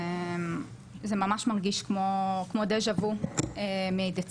שזה ממש מרגיש כמו זה ז'ה וו מדצמבר.